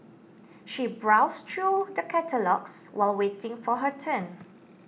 she browsed through the catalogues while waiting for her turn